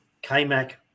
K-Mac